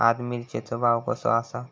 आज मिरचेचो भाव कसो आसा?